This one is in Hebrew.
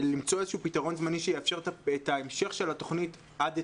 למצוא איזשהו פתרון זמני שיאפשר את המשך התוכנית עד דצמבר,